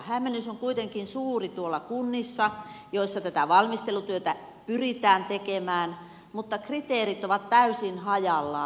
hämmennys on kuitenkin suuri tuolla kunnissa joissa tätä valmistelutyötä pyritään tekemään mutta kriteerit ovat täysin hajallaan